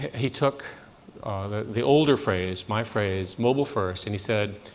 he took the the older phrase, my phrase, mobile first, and he said,